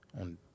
on